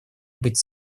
быть